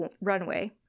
runway